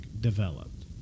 developed